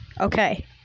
Okay